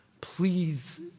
Please